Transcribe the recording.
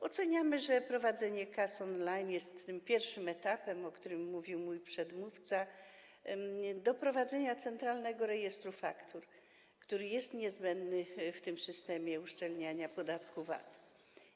Oceniamy, że wprowadzenie kas on-line jest pierwszym etapem, o którym mówił mój przedmówca, jeśli chodzi o wprowadzenie Centralnego Rejestru Faktur, który jest niezbędny w systemie uszczelniania podatku VAT.